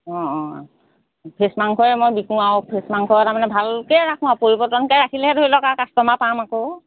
অঁ অঁ অঁ ফ্ৰেছ মাংসই মই বিকোঁ আৰু ফ্ৰেছ মাংস তাৰমানে ভালকৈ ৰাখোঁ আৰু পৰিৱৰ্তনকৈ ৰাখিলেহে ধৰি লওক আৰু কাষ্টমাৰ পাম আকৌ